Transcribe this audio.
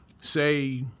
say